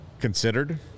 Considered